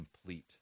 complete